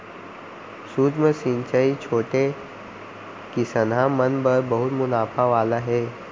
सूक्ष्म सिंचई छोटे किसनहा मन बर बहुत मुनाफा वाला हे